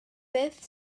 beth